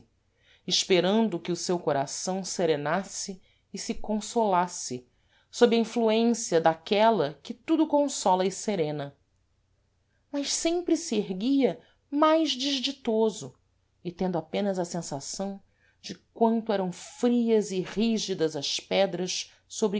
esperando que o seu coração serenasse e se consolasse sob a influência de aquela que tudo consola e serena mas sempre se erguia mais desditoso e tendo apenas a sensação de quanto eram frias e rígidas as pedras